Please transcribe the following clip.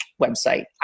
website